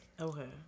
Okay